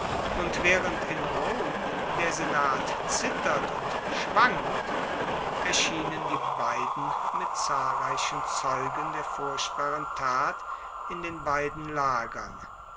und waehrend in rom der senat zittert und schwankt erscheinen die beiden mit zahlreichen zeugen der furchtbaren tat in den beiden lagern